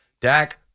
Dak